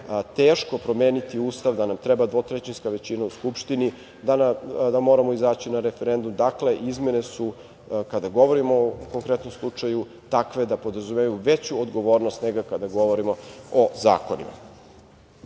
teško promeniti Ustav, da nam treba dvotrećinska većina u Skupštini, da moramo izaći na referendum. Dakle, kada govorimo o konkretnom slučaju, izmene su takve da podrazumevaju veću odgovornost nego kada govorimo o zakonima. Na